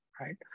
Right